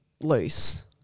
loose